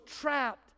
trapped